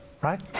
right